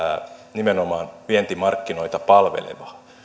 nimenomaan vientimarkkinoita palvelevaa